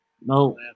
no